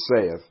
saith